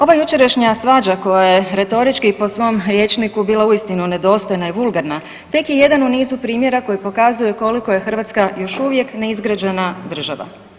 Ova jučerašnja svađa koja je retorički po svom rječniku bila uistinu nedostojna i vulgarna tek je jedan u nizu primjera koji pokazuje koliko je Hrvatska još uvijek neizgrađena država.